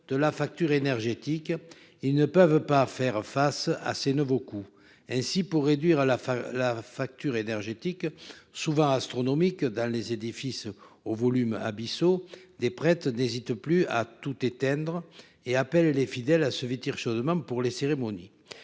de la facture énergétique. Ils ne peuvent pas faire face à ces nouveaux coups ainsi pour réduire à la fin, la facture énergétique souvent astronomiques dans les édifices au volume abyssaux des prête d'hésitent plus à tout éteindre et appelle les fidèles à se vêtir chaudement pour les cérémonies.